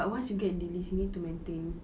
but once you get dean list need to maintain